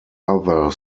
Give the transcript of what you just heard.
other